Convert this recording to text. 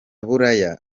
buraya